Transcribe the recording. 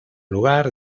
lugar